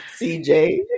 CJ